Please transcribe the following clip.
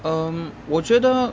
um 我觉得